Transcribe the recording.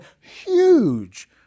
huge